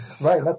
Right